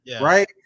right